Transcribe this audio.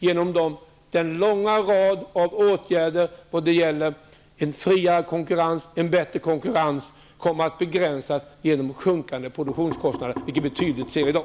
Genom en lång rad åtgärder när det gäller en friare och bättre konkurrens kommer det att bli en begränsning och sjunkande produktionskostnader. Det märks tydligt i dag.